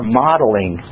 modeling